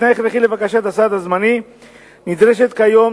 כתנאי הכרחי לבקשת הסעד הזמני נדרשת כיום